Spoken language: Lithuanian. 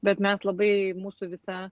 bet mes labai mūsų visa